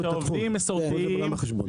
קחו את זה גם בחשבון.